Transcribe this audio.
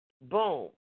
boom